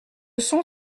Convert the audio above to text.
sont